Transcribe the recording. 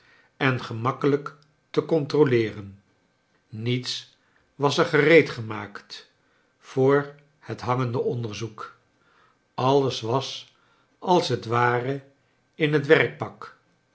en gemakkelijk te controleeren niets was er gereegemaakt voor het hani gende onderzoek alles was als t ware in het werkpak